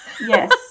Yes